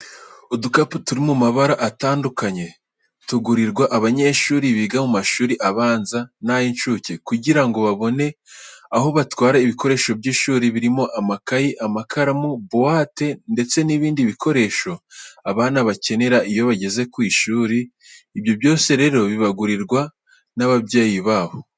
Udukapu turi mu mabara atandukanye tugurirwa abanyeshuri biga mu mashuri abanza n'ay'incuke kugira ngo babone aho batwara ibikoresho by'ishuri birimo amakayi, amakaramo, buwate ndetse n'ibindi bikoresho abana bakenera iyo bageze ku ishuri. Ibi byose rero babigurirwa n'ababyeyi babo.